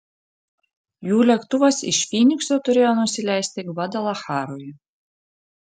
jų lėktuvas iš fynikso turėjo nusileisti gvadalacharoje